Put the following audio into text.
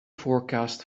forecast